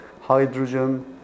hydrogen